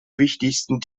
wichtigsten